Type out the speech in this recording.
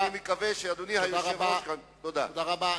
אני מקווה שאדוני היושב-ראש, תודה רבה.